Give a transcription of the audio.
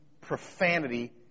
profanity